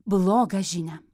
blogą žinią